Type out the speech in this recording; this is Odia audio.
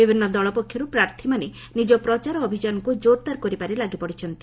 ବିଭିନ୍ନ ଦଳ ପକ୍ଷରୁ ପ୍ରାର୍ଥୀମାନେ ନିକ ପ୍ରଚାର ଅଭିଯାନକୁ ଜୋରଦାର କରିବାରେ ଲାଗିପଡ଼ିଛନ୍ତି